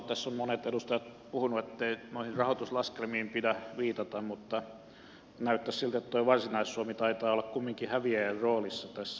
tässä ovat monet edustajat puhuneet ettei noihin rahoituslaskelmiin pidä viitata mutta kun niitä katsoo näyttäisi siltä että tuo varsinais suomi taitaa olla kumminkin häviäjän roolissa tässä